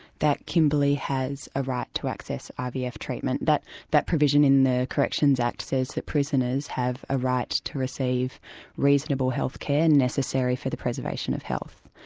that kimberley has a right to access ivf treatment. that that provision in the corrections act says that prisoners have a right to receive reasonable health care necessary for the preservation of health.